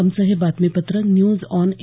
आमचं हे बातमीपत्र न्यूज ऑन ए